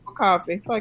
Coffee